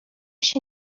się